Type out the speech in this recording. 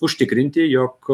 užtikrinti jog